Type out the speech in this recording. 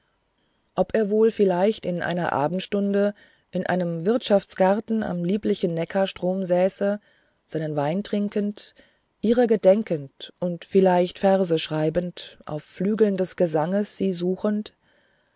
ob er wohl vielleicht in dieser abendstunde in einem wirtschaftsgarten am lieblichen neckarstrom säße seinen wein trinkend ihrer gedenkend und vielleicht verse schreibend auf flügeln des gesanges sie suchend